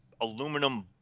aluminum